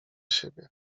siebie